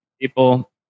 People